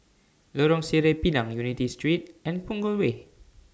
Lorong Sireh Pinang Unity Street and Punggol Way